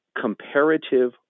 comparative